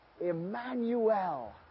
Emmanuel